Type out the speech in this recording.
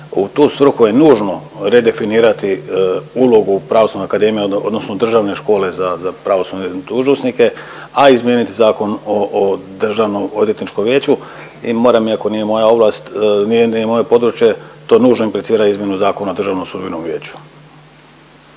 U tu svrhu je nužno redefinirati ulogu Pravosudne akademije odnosno Državne škole za pravosudne dužnosnike, a izmijeniti Zakon o Državnom odvjetničkom vijeću. I moram iako nije moja ovlast, nije moje područje to nužno implicira izmjenu Zakona o Državnom sudbenom vijeću.